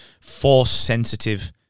force-sensitive